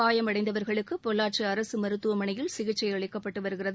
காயமடைந்தவர்களுக்கு பொள்ளாச்சி அரசு மருத்துவமனையில் சிகிச்சை அளிக்கப்பட்டு வருகிறது